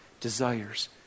desires